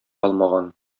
алмаган